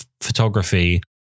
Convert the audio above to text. photography